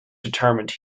determined